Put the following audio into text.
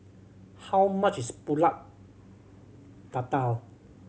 how much is Pulut Tatal